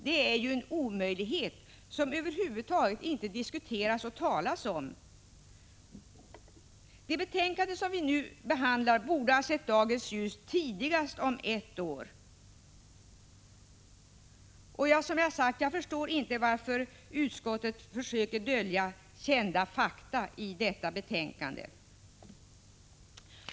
Det är en omöjlighet som man över huvud taget inte diskuterar eller talar om. Det betänkande vi nu behandlar borde ha sett dagens ljus tidigast om ett år. Jag förstår inte varför utskottet i detta betänkande försöker dölja kända fakta.